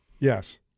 Yes